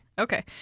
Okay